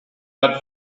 had